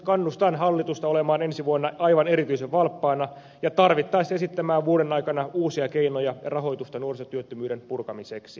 kannustan hallitusta olemaan ensi vuonna aivan erityisen valppaana ja tarvittaessa esittämään vuoden aikana uusia keinoja ja rahoitusta nuorisotyöttömyyden purkamiseksi